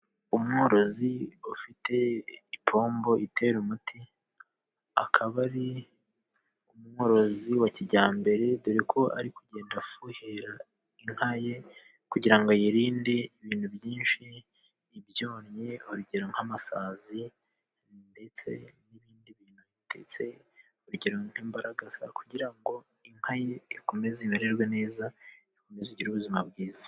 Umworozi ufite ipombo itera umuti ,akaba ari umworozi wa kijyambere, dore ko ari kugenda afuhera inka ye, kugira ngo yirinde ibintu byinshi nkibyonnyi, urugero nk'amasazi ndetse n'ibindi bintu bitetse, urugero nk'imbaragasa kugira ngo inka ye ikomeze imererwe neza, ikomeze igire ubuzima bwiza.